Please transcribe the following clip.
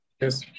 Yes